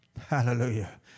Hallelujah